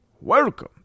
Welcome